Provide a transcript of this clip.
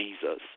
Jesus